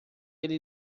ele